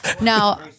Now